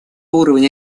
уровня